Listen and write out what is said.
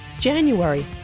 January